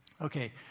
Okay